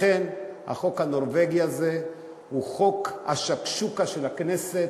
לכן החוק הנורבגי הזה הוא חוק השקשוקה של הכנסת,